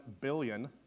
billion